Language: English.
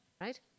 right